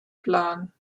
plan